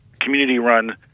community-run